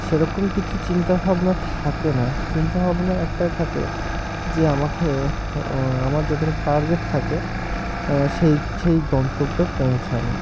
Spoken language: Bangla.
সেরকম কিছু চিন্তাভাবনা থাকে না চিন্তাভাবনা একটাই থাকে যে আমাকে আমার যতটা টার্গেট থাকে সেই সেই গন্তব্যে পৌঁছানো